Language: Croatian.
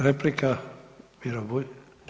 Replika Miro Bulj.